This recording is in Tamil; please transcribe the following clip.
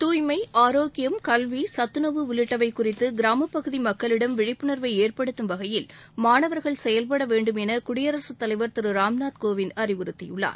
துய்மை ஆரோக்கியம் கல்வி சத்துணவு உள்ளிட்டவை குறித்து கிராமப்பகுதி மக்களிடம் விழிப்புணர்வை ஏற்படுத்தும் வகையில் மாணவர்கள் செயல்படவேண்டும் என குடியரகத்தலைவர் திரு ராம்நாத் கோவிந்த் அறிவுறுத்தியுள்ளார்